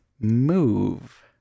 move